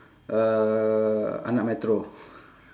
uh anak metro